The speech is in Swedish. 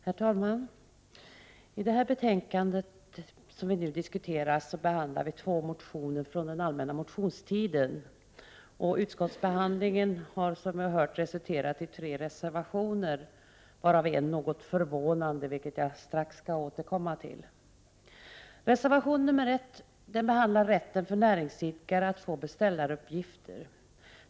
Herr talman! I det betänkande som vi nu diskuterar behandlas två motioner från den allmänna motionstiden. Utskottsbehandlingen har alltså resulterat i tre reservationer, varav en är något förvånande, vilket jag strax skall återkomma till. Reservation 1 handlar om rätten för näringsidkare att få beställaruppgift.